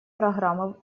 программы